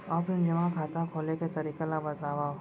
Offline जेमा खाता खोले के तरीका ल बतावव?